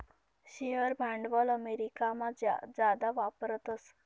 share भांडवल अमेरिकामा जादा वापरतस